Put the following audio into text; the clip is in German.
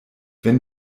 wenn